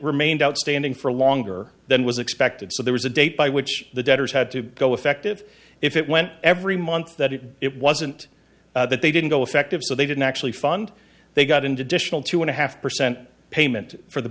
remained outstanding for longer than was expected so there was a date by which the debtors had to go effective if it went every month that it it wasn't that they didn't go effective so they didn't actually fund they got into additional two and a half percent payment for the